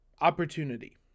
opportunity